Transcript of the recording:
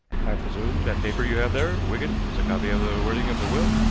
i presume that paper you have there, wigan, is a copy of the wording of the will?